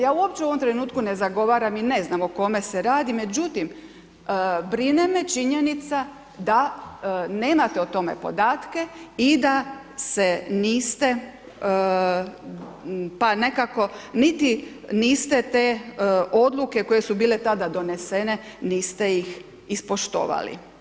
Ja uopće u ovom trenutku ne zagovaram i ne znam o kome se radi, međutim, brine me činjenica da nemate o tome podatke i da se niste pa nekako, niti niste te odluke koje su bile tada donesene, niste ih ispoštovali.